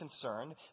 concerned